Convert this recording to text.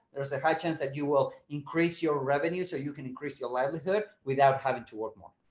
there's a high chance that you will increase your revenues or you can increase your livelihood without having to work more.